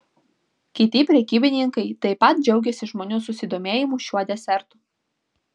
kiti prekybininkai taip pat džiaugėsi žmonių susidomėjimu šiuo desertu